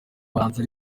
muhanzi